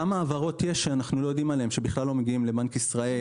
כמה העברות יש שאנחנו לא יודעים עליהן שבכלל לא מגיעות לבנק ישראל?